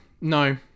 no